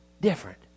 different